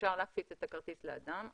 אפשר להפיץ את הכרטיס לאדם,